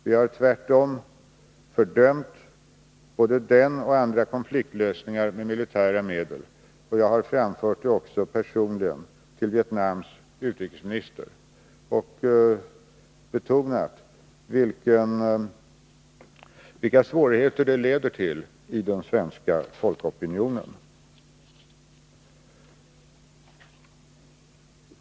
Vi har tvärtom fördömt både den och andra konfliktlösningar med militära medel. Jag har framfört det också personligen till Vietnams utrikesminister och betonat vilka svårigheter det militära engagemanget leder till i den svenska folkopinionen.